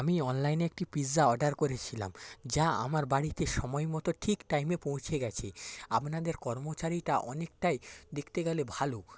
আমি অনলাইনে একটি পিৎজা অর্ডার করেছিলাম যা আমার বাড়িতে সময়মতো ঠিক টাইমে পৌঁছে গেছে আপনাদের কর্মচারীটা অনেকটাই দেখতে গেলে ভালো